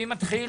מי מתחיל?